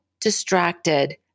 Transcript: distracted